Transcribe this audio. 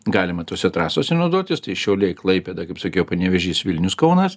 galima tose trasose naudotis šiauliai klaipėda kaip sakiau panevėžys vilnius kaunas